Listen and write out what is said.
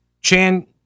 Chan